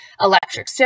Electric